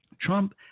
Trump